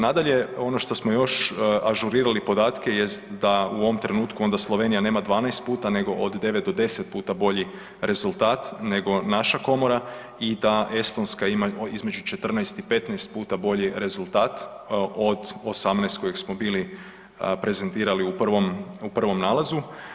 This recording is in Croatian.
Nadalje, ono što smo još ažurirali podatke jest da u ovom trenutku onda Slovenija nema 12 puta nego od 9 do 10 puta bolji rezultat nego naša komora i da estonska ima između 14 i 15 puta bolji rezultat od 18 kojeg smo bili prezentirali u prvom nalazu.